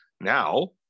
now